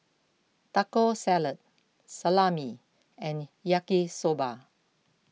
Taco Salad Salami and Yaki Soba